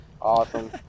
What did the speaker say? Awesome